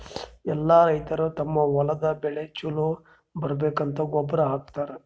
ಎಲ್ಲಾ ರೈತರ್ ತಮ್ಮ್ ಹೊಲದ್ ಬೆಳಿ ಛಲೋ ಬರ್ಬೇಕಂತ್ ಗೊಬ್ಬರ್ ಹಾಕತರ್